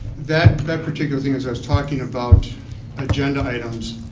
that that particular thing, is i was talking about agenda items,